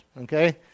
okay